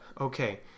Okay